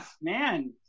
man